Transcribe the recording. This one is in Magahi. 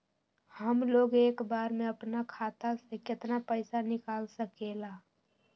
हमलोग एक बार में अपना खाता से केतना पैसा निकाल सकेला?